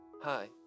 Hi